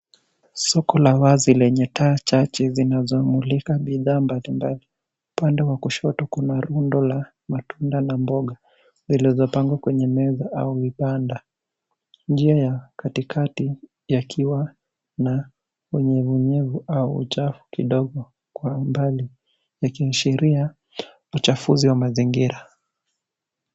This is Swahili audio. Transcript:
Soko la wazi lenye taa chache zinazomulika bidhaa mbali mbali. Upande wa kushoto kuna rundo la matunda na mboga zilizopangwa kwenye meza au vibanda. Njia ya katikati yakiwa na unyevu unyevu au uchafu kidogo kwa umbali yakiiashiria uchafuzi wa mazingira.